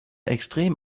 extrem